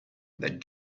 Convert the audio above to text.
that